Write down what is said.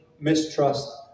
mistrust